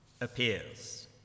appears